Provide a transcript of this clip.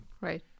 Right